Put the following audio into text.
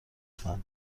فعلا